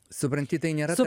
supranti tai nėra to